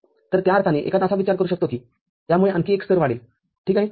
तर त्या अर्थाने एखादा असा विचार करू शकतो की यामुळे आणखी एक स्तर वाढेल ठीक आहे